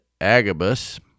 Agabus